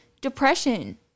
depression